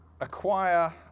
Acquire